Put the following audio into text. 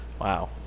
Wow